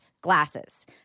glasses